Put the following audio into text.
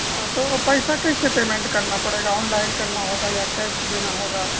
تو پیسہ کیسے پیمنٹ کرنا پڑے گا آن لائن کرنا ہوگا یا کیش دینا ہوگا